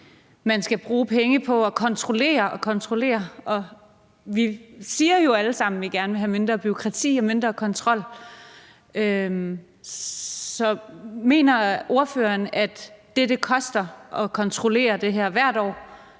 man skal bruge penge på at kontrollere igen og igen. Og vi siger jo alle sammen, at vi gerne vil have mindre bureaukrati og mindre kontrol. Så mener ordføreren, at det, som det koster at kontrollere det her hvert år,